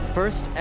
First